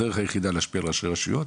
הדרך היחידה להשפיע על ראשי רשויות